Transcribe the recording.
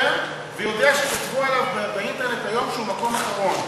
ויודע שכתבו עליו באינטרנט היום שהוא מקום אחרון.